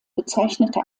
bezeichnete